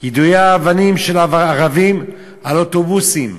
יידויי האבנים של ערבים על אוטובוסים,